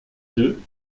deux